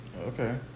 Okay